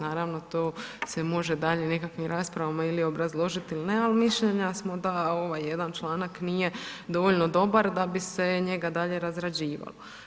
Naravno to se može dalje nekakvim raspravama ili obrazložiti ili ne, ali mišljenja smo da ovaj jedan članak nije dovoljno dobar, da bi se njega dalje razrađivao.